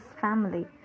family